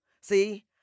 See